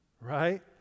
right